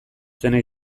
zena